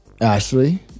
Ashley